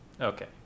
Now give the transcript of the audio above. okay